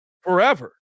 forever